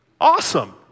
Awesome